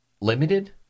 limited